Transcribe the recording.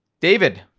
David